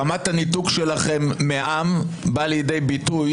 רמת הניתוק שלכם מהעם באה לידי ביטוי